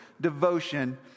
devotion